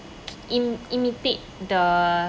im~ imitate the